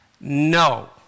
No